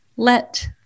Let